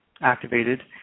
activated